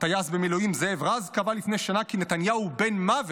הטייס במילואים זאב רז קבע לפני שנה כי נתניהו הוא בן מוות.